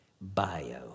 Bio